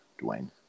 Dwayne